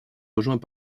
rejoint